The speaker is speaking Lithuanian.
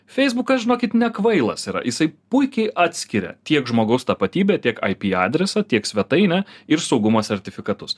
feisbukas žinokit nekvailas yra jisai puikiai atskiria tiek žmogaus tapatybę tiek ip adresą tiek svetainę ir saugumo sertifikatus